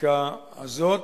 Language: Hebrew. בחקיקה הזו,